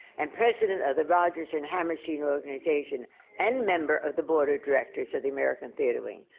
and president of the rodgers and hammerstein organization and member of the board of directors of the american theatre wing,